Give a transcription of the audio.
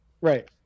Right